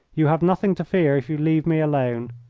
you have nothing to fear if you leave me alone,